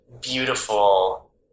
beautiful